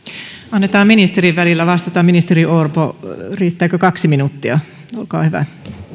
annetaan ministerin välillä vastata ministeri orpo riittääkö kaksi minuuttia olkaa hyvä